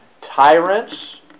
tyrants